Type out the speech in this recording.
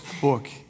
book